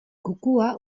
kukua